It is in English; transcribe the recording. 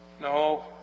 No